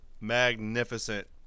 magnificent